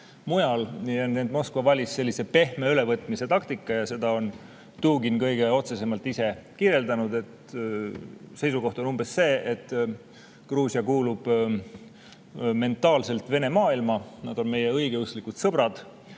mujal. Nii et Moskva valis pehme ülevõtmise taktika. Seda on Dugin kõige otsesemalt ise kirjeldanud, seisukoht on umbes see, et Gruusia kuulub mentaalselt Vene maailma, nad on nende õigeusklikud sõbrad,